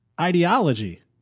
ideology